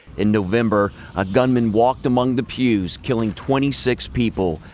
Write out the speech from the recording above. in november, a gunman walked among the pews, killing twenty six people,